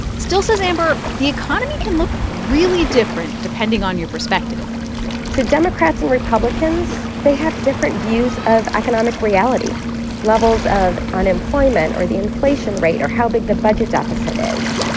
still, says amber, the economy can look really different depending on your perspective so democrats and republicans they have different views of economic reality levels of unemployment or the inflation rate or how big the budget deficit is.